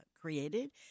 created